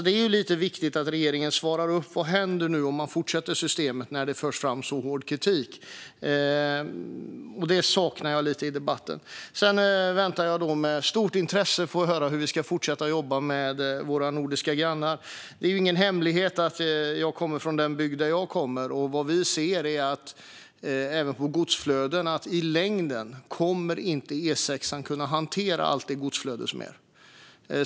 Det är lite viktigt att regeringen svarar på vad som händer om man nu fortsätter med detta system när det förs fram så hård kritik. Det saknar jag lite i debatten. Sedan väntar jag med stort intresse på att få höra hur vi ska fortsätta jobba med våra nordiska grannar. Det är ju ingen hemlighet att jag kommer från den bygd jag kommer från, och vad vi ser är att E6:an i längden inte kommer att kunna hantera allt godsflöde.